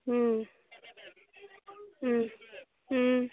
ꯎꯝ ꯎꯝ ꯎꯝ